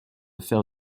faire